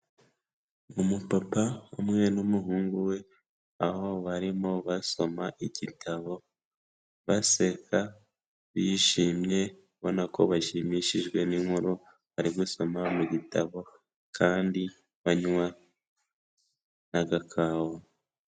Umupapa umwe n'umuhungu we, aho barimo basoma igitabo, baseka bishimye, ubona ko bashimishijwe n'inkuru bari gusoma mu gitabo kandi banywa n'agakawa.